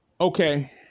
Okay